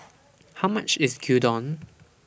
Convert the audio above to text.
How much IS Gyudon